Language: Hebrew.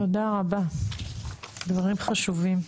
תודה רבה, דברים חשובים.